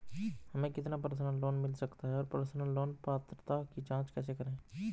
हमें कितना personal loan मिल सकता है और पर्सनल लोन पात्रता की जांच कैसे करें?